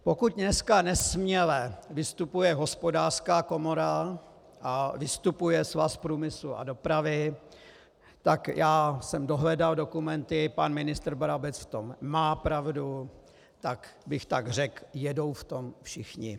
Pokud dneska nesměle vystupuje Hospodářská komora a vystupuje Svaz průmyslu a dopravy, tak já jsem dohledal dokumenty, pan ministr Brabec v tom má pravdu, tak bych tak řekl, jedou v tom všichni.